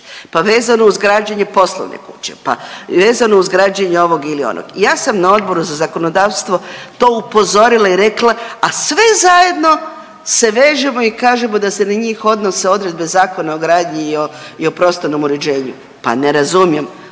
pa vezano uz građenje poslovne kuće, pa vezano uz građenje ovog ili onog. Ja sam na Odboru za zakonodavstvo to upozorila i rekla a sve zajedno se vežemo i kažemo da se na njih odnose odredbe Zakona o gradnji i o, i o prostornom uređenju, pa ne razumijem.